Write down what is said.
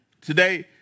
Today